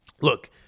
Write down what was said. look